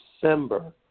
December